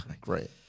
Great